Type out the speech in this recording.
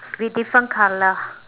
we different colour